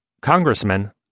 Congressman